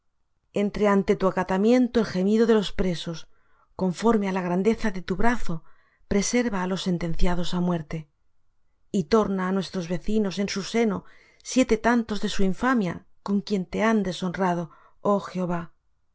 entre ante tu acatamiento el gemido de los presos conforme á la grandeza de tu brazo preserva á los sentenciados á muerte y torna á nuestros vecinos en su seno siete tantos de su infamia con que te han deshonrado oh jehová